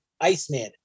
Iceman